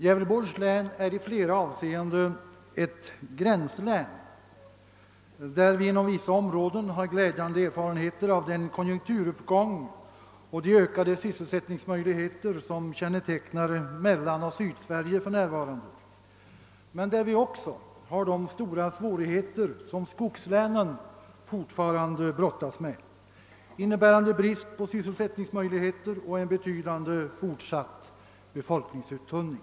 Gävleborgs län är i flera avseenden ett gränslän, där vi inom vissa områden har glädjande erfarenheter av den konjunkturuppgång och de ökade sys selsättningsmöjligheter som för närvarande kännetecknar Mellansverige och Sydsverige men där vi också har de stora svårigheter som skogslänen fortfarande brottas med: brist på sysselsättningsmöjligheter och en betydande fortsatt — befolkningsuttunning.